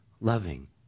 Loving